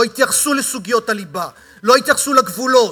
לא התייחסו לסוגיות הליבה, לא התייחסו לגבולות,